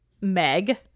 meg